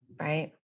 right